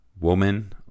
woman